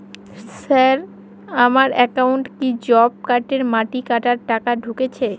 Sir আমার একাউন্টে কি জব কার্ডের মাটি কাটার টাকা ঢুকেছে?